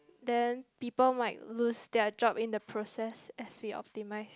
then people might lose their job in the process as we optimise